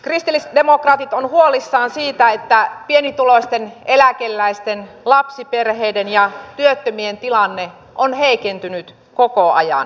kristillisdemokraatit ovat huolissaan siitä että pienituloisten eläkeläisten lapsiperheiden ja työttömien tilanne on heikentynyt koko ajan